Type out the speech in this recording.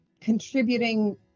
contributing